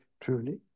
truly